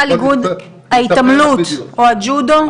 ההתעמלות או הג'ודו?